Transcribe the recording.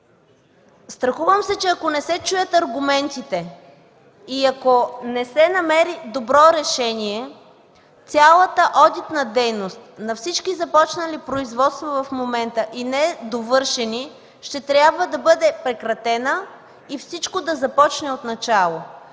Страхувам се, че ако не се чуят аргументите и не се намери добро решение, цялата одитна дейност на всички започнати и недовършени в момента производства ще трябва да бъде прекратена и всичко да започне отначало.